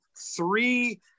three